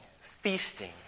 feasting